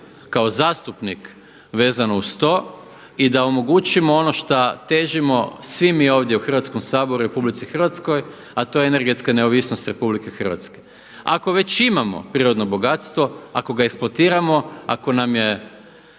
kao zastupnik vezano uz to i da omogućimo ono šta težimo svi mi ovdje u Hrvatskom saboru i RH, a to je energetska neovisnost RH. Ako već imamo prirodno bogatstvo, ako ga eksploatiramo, ako nam je